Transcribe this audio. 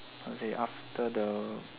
how to say after the